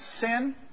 sin